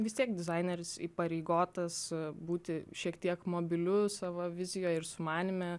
vis tiek dizaineris įpareigotas būti šiek tiek mobilių savo vizijoj ir sumanyme